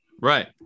right